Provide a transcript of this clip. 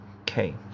Okay